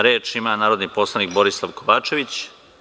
Reč ima narodni poslanik Borislav Kovačević.